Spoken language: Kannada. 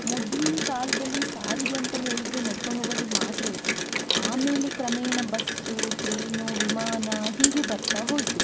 ಮೊದಲಿನ ಕಾಲದಲ್ಲಿ ಸಾರಿಗೆ ಅಂತ ಹೇಳಿದರೆ ನಡ್ಕೊಂಡು ಹೋಗುವಂಥದ್ದು ಮಾತ್ರ ಇತ್ತು ಆಮೇಲೆ ಕ್ರಮೇಣ ಬಸ್ ಟ್ರೇನ್ ವಿಮಾನ ಹೀಗೆ ಬರ್ತಾ ಹೋಯಿತು